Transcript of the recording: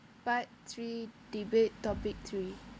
part three debate topic three